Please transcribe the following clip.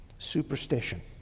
Superstition